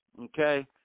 okay